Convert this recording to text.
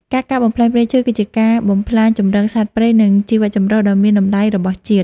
ការកាប់បំផ្លាញព្រៃឈើគឺជាការបំផ្លាញជម្រកសត្វព្រៃ និងជីវៈចម្រុះដ៏មានតម្លៃរបស់ជាតិ។